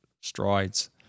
strides